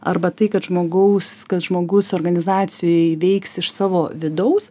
arba tai kad žmogaus kad žmogus organizacijoj veiks iš savo vidaus